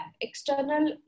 external